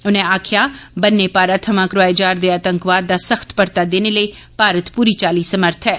उने आक्खेआ बन्ने पारा थमां करवाए जारदे आतंकवाद दा संख्त परता देने लेई भारत पूरी चाल्ली समर्थ ऐ